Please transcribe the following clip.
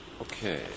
Okay